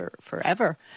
forever